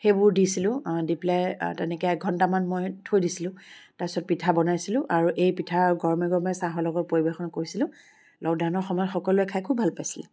সেইবোৰ দিছিলোঁ দি পেলাই তেনেকৈ এঘন্টামান থৈ দিছিলোঁ তাৰ পিছত পিঠা বনাইছিলোঁ আৰু এই পিঠা গৰমে গৰমে চাহৰ লগত পৰিৱেশন কৰিছিলোঁ লকডাউনৰ সময়ত সকলোৱে খাই খুব ভাল পাইছিলে